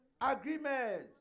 Agreement